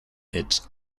its